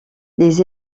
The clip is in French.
les